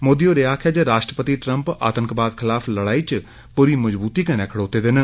मोदी होरें आक्खेआ जे राश्ट्रपति ट्रंप आतंकवाद खलाफ लड़ाई च पूरी मजबूती कन्नै खड़ोते दे न